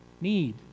need